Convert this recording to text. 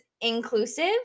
inclusive